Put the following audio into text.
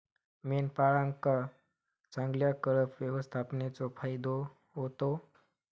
मेंढपाळांका चांगल्या कळप व्यवस्थापनेचो फायदो होता